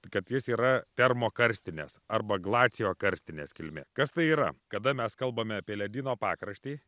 kad jis yra termokarstinės arba glaciokarstinės kilmė kas tai yra kada mes kalbame apie ledyno pakraštį